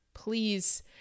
Please